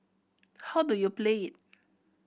how do you play it